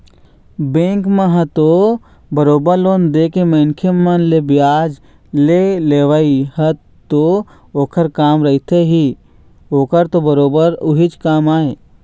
bank मन ह तो बरोबर लोन देके मनखे मन ले बियाज के लेवई ह तो ओखर काम रहिथे ही ओखर तो बरोबर उहीच काम आय